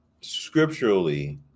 scripturally